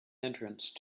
entrance